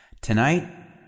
Tonight